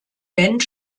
band